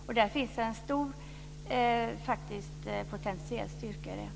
Det finns en stor potentiell styrka i det.